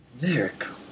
Miracle